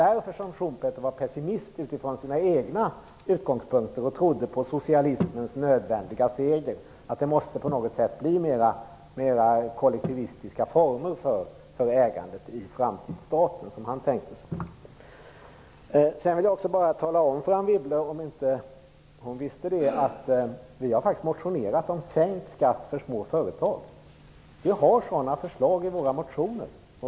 Därför var Schumpeter pessimist utifrån sina egna utgångspunkter och trodde på socialismens nödvändiga seger, och att det måste bli mer kollektivistiska former för ägandet i framtidsstaten. Jag vill tala om för Anne Wibble, om hon inte vet det, att vi faktiskt har motionerat om sänkt skatt för små företag. Vi har sådana förslag i våra motioner.